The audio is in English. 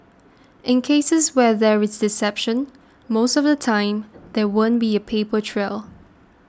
in cases where there is deception most of the time there won't be a paper trail